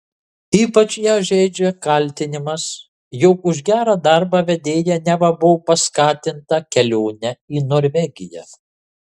ypač ją žeidžia kaltinimas jog už gerą darbą vedėja neva buvo paskatinta kelione į norvegiją